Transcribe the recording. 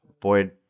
Boyd